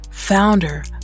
founder